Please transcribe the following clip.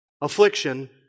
affliction